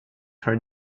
her